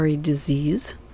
disease